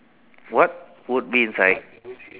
what would be inside